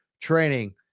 training